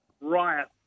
riot